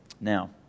Now